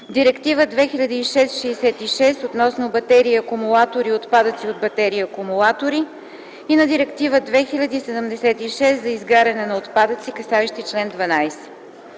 Директива 2006/66/ЕС относно батерии и акумулатори и отпадъци от батерии и акумулатори, и на Директива 2008/76/ЕС за изгаряне на отпадъци, касаещи чл. 12.